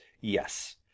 yes